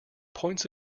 points